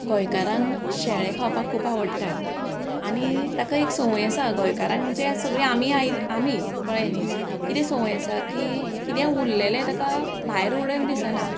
गोंयकारांक शेळें खावपाक खूब आवडटा आनी ताका एक संवय आसा गोंयकारांक म्हणजे सगळीं आमी आयलीं आमी कळ्ळें न्ही किदें संवय आसा की किदें उरलेलें ताका भायर उडयन दिसना